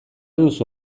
duzu